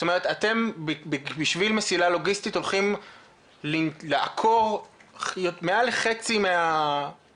זאת אומרת אתם בשביל מסילה לוגיסטית הולכים לעקור מעל לחצי מהפארק,